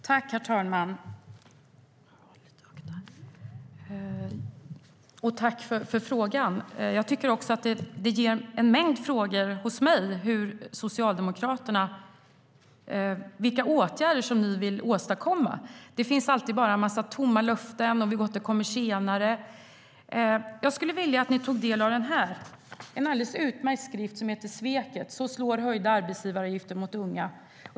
Herr talman! Jag tackar Teresa Carvalho för frågan. Själv har jag en mängd frågor om vilka åtgärder Socialdemokraterna vill vidta. Det finns alltid bara en massa tomma löften om att återkomma senare. Jag skulle vilja att ni tog del av en alldeles utmärkt skrift som heter Sveket - så slår höjda arbetsgivaravgifter mot unga .